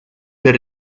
per